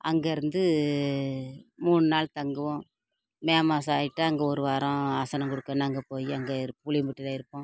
அங்கேருந்து மூணு நாள் தங்குவோம் மே மாதம் ஆயிட்டா அங்கே ஒரு வாரம் ஆசனம் கொடுக்க நாங்கள் போய் அங்கே புளியம்பட்டியில் இருப்போம்